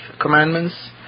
commandments